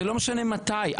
זה לא משנה מתי.